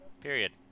Period